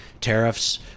tariffs